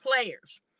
players